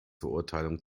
verurteilung